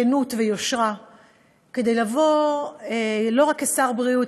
כנות ויושרה כדי לבוא לא רק כשר בריאות,